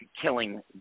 killing